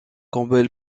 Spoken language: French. campbell